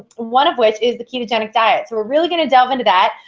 one of which is the ketogenic diet. we're really going to delve into that.